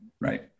Right